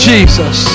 Jesus